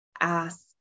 ask